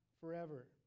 forever